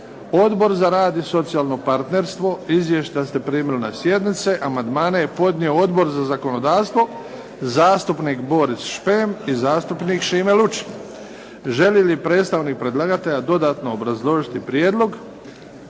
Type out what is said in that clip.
Odbor za rad i socijalno partnerstvo. Izvješća ste primili na sjednice. Amandmane je podnio Odbor za zakonodavstvo, zastupnik Boris Šprem i zastupnik Šime Lučin. Želi li predstavnik predlagatelja dodatno obrazložiti prijedlog?